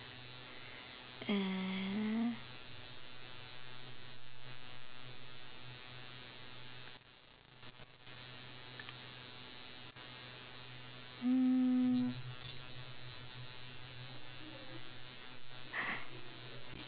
uh mm